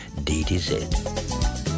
DDZ